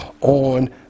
on